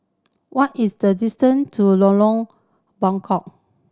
what is the distant to Lorong Bengkok